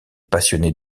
passionnée